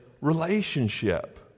relationship